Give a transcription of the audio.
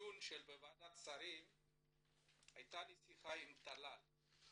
הדיון בוועדת השרים הייתה לי שיחה עם טלל,